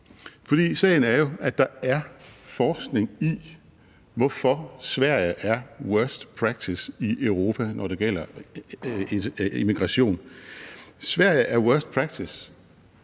For sagen er jo, at der er forskning i, hvorfor Sverige er worst practice i Europa, når det gælder emigration. Sverige er worst practice